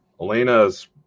Elena's